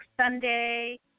Sunday